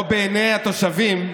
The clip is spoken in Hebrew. או בעיני התושבים,